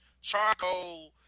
charcoal